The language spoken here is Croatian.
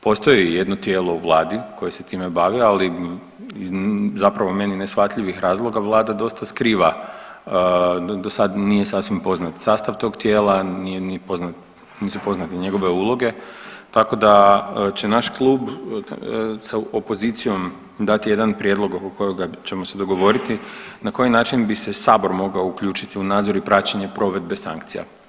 Postoji jedno tijelo u vladi koje se time bavi, ali iz zapravo meni neshvatljivih razloga vlada dosta skriva, do sad nije sasvim poznat sastav tog tijela, nije, nije poznat, nisu poznate njegove uloge, tako da će naš klub sa opozicijom dati jedan prijedlog oko kojega ćemo se dogovoriti na koji način bi se sabor mogao uključiti u nadzor i praćenje provedbe sankcija.